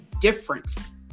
difference